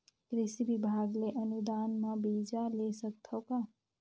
कृषि विभाग ले अनुदान म बीजा ले सकथव का?